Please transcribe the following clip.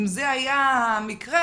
אם זה היה המקרה,